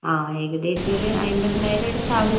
ആ ഏകദേശം ഒര് അമ്പതിനായിരം അടുത്ത് ആകും